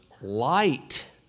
light